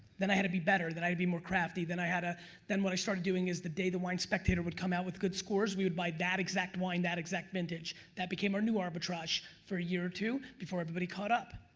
then i had to be better, then i had be more crafty, then i had a then what i started doing is the day the wine spectator would come out with good scores, we would buy that exact wine, that exact vintage, that became our new arbitrage for a year or two before everybody caught up.